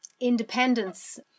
independence